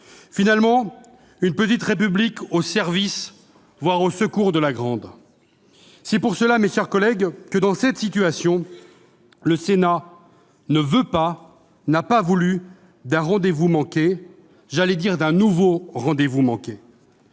grande », une petite République au service, voire au secours, de la grande. C'est pour cela, mes chers collègues, que, dans cette situation, le Sénat n'a pas voulu, ne veut pas d'un rendez-vous manqué- d'un nouveau rendez-vous manqué,